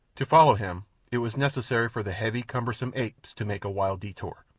to follow him it was necessary for the heavy, cumbersome apes to make a wide detour,